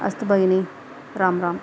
अस्तु भगिनी राम् राम्